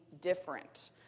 different